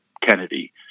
Kennedy